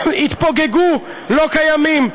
התפוגגו, לא קיימים.